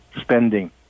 spending